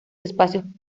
espacios